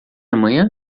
amanhã